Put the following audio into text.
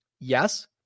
Yes